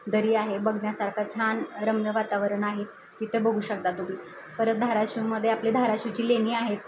दरी आहे बघण्यासारखं छान रम्य वातावरण आहे तिथे बघू शकता तुम्ही परत धाराशिवमध्ये आपली धाराशिवची लेणी आहेत